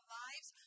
lives